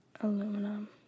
Aluminum